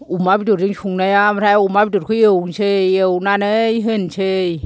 अमा बेदरजों संनाया आमफ्राय अमा बेदरखौ एवनोसै एवनानै होनसै